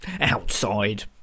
Outside